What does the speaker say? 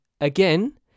again